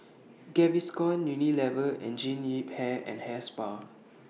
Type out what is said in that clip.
Gaviscon Unilever and Jean Yip Hair and Hair Spa